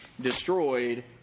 destroyed